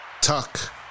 Tuck